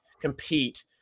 compete